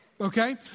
Okay